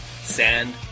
Sand